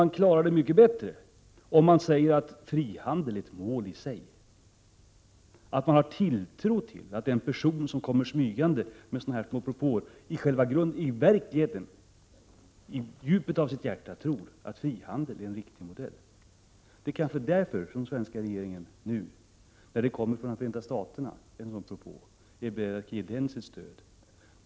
Man klarar det mycket bättre om man säger att frihandel är ett mål i sig, om det går att ha tilltro till att den person som kommer smygande med sådana här propåer i djupet av sitt hjärta tror att frihandel är en riktig modell. Det kanske är därför som den svenska regeringen nu, när det kommer en propå från Förenta Staterna, är beredd att ge den sitt stöd.